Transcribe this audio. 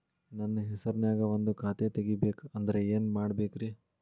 ನನ್ನ ಹೆಸರನ್ಯಾಗ ಒಂದು ಖಾತೆ ತೆಗಿಬೇಕ ಅಂದ್ರ ಏನ್ ಮಾಡಬೇಕ್ರಿ?